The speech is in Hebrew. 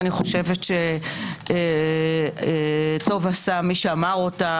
ואני חושבת שטוב עשה מי שאמר אותה,